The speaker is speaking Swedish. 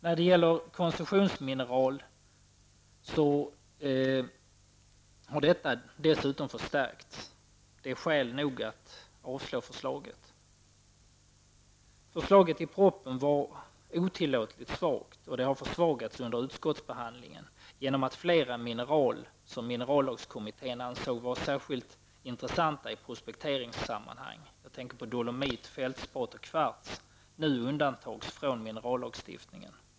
När det gäller koncessionsmineral har detta dessutom förstärkts. Det är skäl nog att avslå förslaget. Förslaget i propositionen var otillåtligt svagt, och det har försvagats under utskottsbehandlingen, genom att flera mineral som minerallagskommittén ansåg vara särskilt intressanta i prospekteringssammanhang -- dolomit, fältspat och kvarts -- nu undantas från minerallagstiftningen.